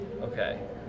Okay